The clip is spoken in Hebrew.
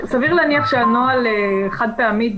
סביר להניח שהנוהל חד-פעמית,